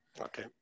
Okay